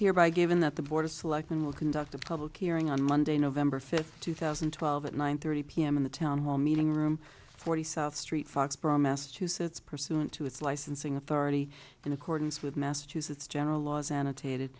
here by given that the board of selectmen will conduct a public hearing on monday november fifth two thousand and twelve at nine thirty p m in the town hall meeting room forty south street foxboro massachusetts pursuant to its licensing authority in accordance with massachusetts general laws annotated